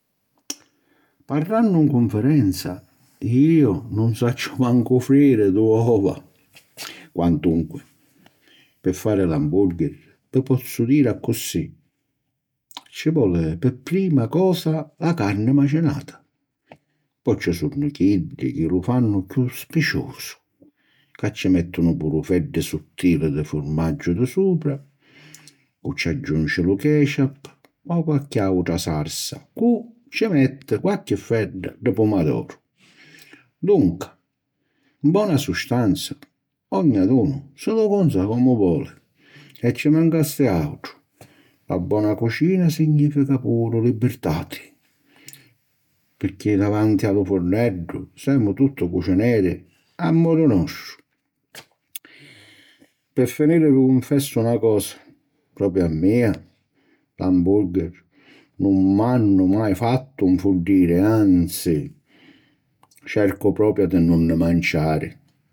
Parrannu 'n cunfidenza, iu nun sacciu mancu frìjiri du' ova, quantunchi, pi fari l'ambùrgher,i vi pozzu diri accussì: ci voli pi prima cosa la carni macinata, po' ci sunnu chiddi chi lu fannu chiù spiciusu, ca ci mèttinu puru feddi suttili di furmaggiu di supra, cu' ci agghiunci lu ketchup o qualchi àutra sarsa, cu' ci metti qualchi fedda di pumadoru, dunca, 'n bona sustanza, ognidunu si lu conza comu voli; e ci mancassi àutru: la bona cucina signìfica puru libirtati, picchì davanti a lu furneddu, semu tutti cucineri a modu nostru. Pi finiri vi cunfessu na cosa: propiu a mia l'ambùrgheri nun m'hannu mai fattu nfuddiri; anzi, cercu propiu di nun nni manciari.